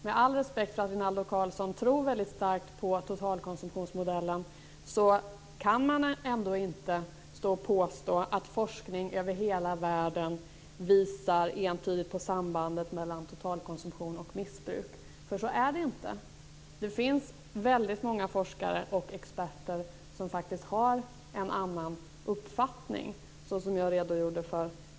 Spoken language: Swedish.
Med all respekt för att Rinaldo Karlsson tror väldigt starkt på totalkonsumtionsmodellen vill jag ändå säga att man inte kan påstå att forskning över hela världen entydigt visar på ett samband mellan totalkonsumtion och missbruk. Så är det inte. Det finns väldigt många forskare och experter som har en annan uppfattning, såsom jag också tidigare redogjort för.